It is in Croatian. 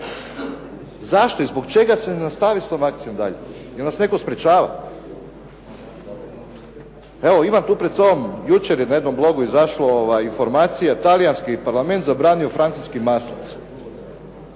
zašto i zbog čega se ne nastavi s tom akcijom dalje? Jel nas netko sprječava? Evo imam tu pred sobom, jučer je na jednom blogu izašla informacija Talijanski Parlament zabranio francuski maslac.